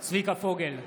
צביקה פוגל,